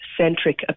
centric